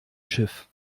schiff